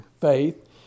faith